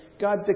God